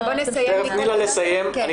תני לה לסיים לקרוא,